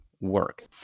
work